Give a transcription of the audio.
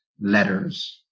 letters